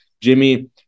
Jimmy